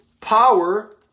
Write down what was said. power